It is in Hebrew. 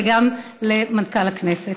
וגם למנכ"ל הכנסת.